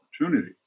opportunity